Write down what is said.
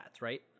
right